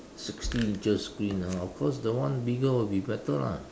sixty inches screen ah of course the one bigger will be better lah